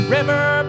River